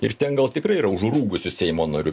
ir ten gal tikrai yra užrūgusių seimo narių